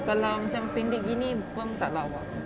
kalau macam pendek gini perm tak lawa